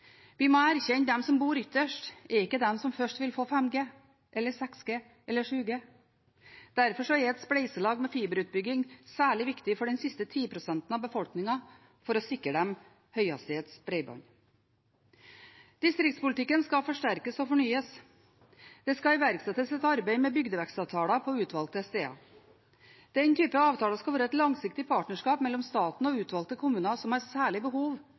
Vi må erkjenne at de som bor ytterst, ikke er de som først vil få 5G – eller 6G eller 7G. Derfor er et spleiselag med fiberutbygging særlig viktig for de siste 10 pst. av befolkningen for å sikre dem høyhastighetsbredbånd. Distriktspolitikken skal forsterkes og fornyes. Det skal iverksettes et arbeid med bygdevekstavtaler på utvalgte steder. Denne typen avtaler skal være et langsiktig partnerskap mellom staten og utvalgte kommuner som har særlig behov